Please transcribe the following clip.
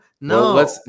No